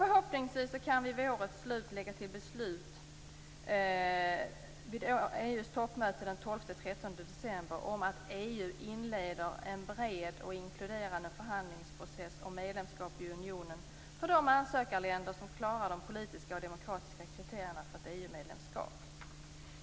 Förhoppningsvis kan vi vid årets slut lägga till beslutet vid EU:s toppmöte den 12-13 december om att EU inleder en bred och inkluderande förhandlingsprocess om medlemskap i unionen för de ansökarländer som klarar de politiska och demokratiska kriterierna för ett EU-medlemskap.